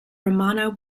romano